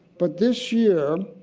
but this year,